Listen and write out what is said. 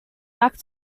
back